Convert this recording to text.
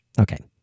Okay